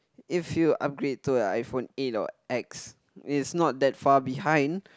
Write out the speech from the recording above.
if you upgrade to a iPhone eight or X is not that far behind